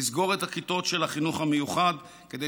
לסגור את הכיתות של החינוך המיוחד כדי